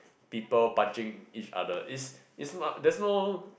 people punching each other is is not there's no